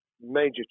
major